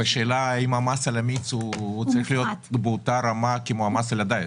השאלה אם המס על המיץ הטבעי צריך להיות באותה רמה כמו המס על הדיאט.